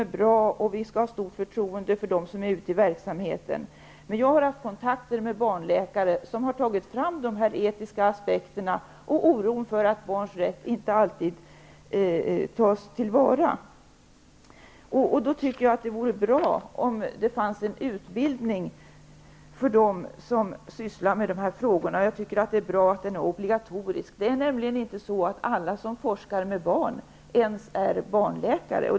Vi skall naturligtvis har stort förtroende för dem som är ute i verksamheten. Jag har emellertid haft kontakter med barnläkare som har tagit fram de etiska aspekterna och oron för att barns rätt inte alltid tas till vara. Det vore därför bra om det fanns en utbildning för dem som sysslar med dessa frågor. Det är bra om den vore obligatorisk. Alla som forskar med barn är faktiskt inte ens barnläkare.